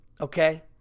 okay